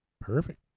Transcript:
Perfect